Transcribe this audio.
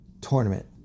tournament